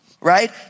right